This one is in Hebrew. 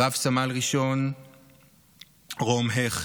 רב-סמל רום הכט,